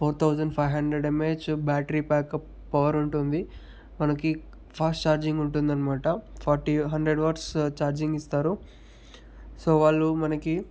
four thousand five hundred mAh battery backup power ఉంటుంది మనకి fast charging ఉంటుందనమాట forty hundred watts charging ఇస్తారు so వాళ్ళు మనకి